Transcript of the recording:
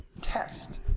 test